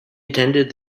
attended